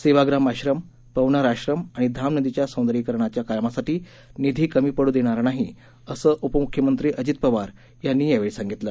सेवाग्राम आश्रम पवनार आश्रम आणि धाम नदीच्या सौंदर्यीकरणाच्या कामासाठी निधी कमी पडू देणार नाही असं उपमुख्यमंत्री अजित पवार यांनी यावेळी सांगितलं